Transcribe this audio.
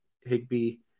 Higby